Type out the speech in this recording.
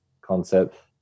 concept